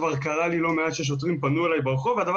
כבר קרה לי לא מעט ששוטרים פנו אליי ברחוב והדבר